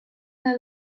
their